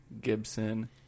gibson